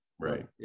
Right